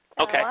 Okay